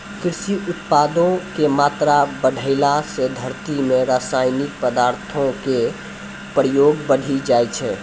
कृषि उत्पादो के मात्रा बढ़ैला से धरती मे रसायनिक पदार्थो के प्रयोग बढ़ि जाय छै